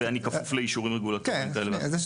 ואני כפוף לאישורים רגולטוריים כאלה ואחרים.